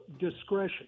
discretion